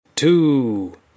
Two